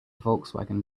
volkswagen